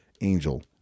Angel